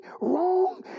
wrong